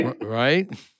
right